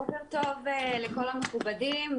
בוקר טוב לכל המכובדים.